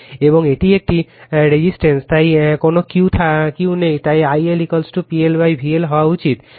এবং এটি একটি প্রতিরোধক তাই কোন Q নেই তাই I L PLVL হওয়া উচিত